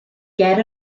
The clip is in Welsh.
ger